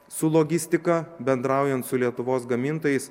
su logistika bendraujant su lietuvos gamintojais